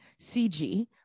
CG